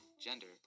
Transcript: gender